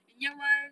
in year one